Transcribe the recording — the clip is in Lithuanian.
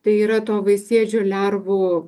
tai yra to vaisėdžių lervų